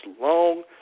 long